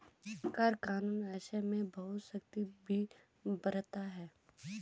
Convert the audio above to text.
कर कानून ऐसे में बहुत सख्ती भी बरतता है